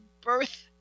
birth